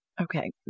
Okay